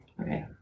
Okay